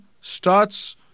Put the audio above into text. starts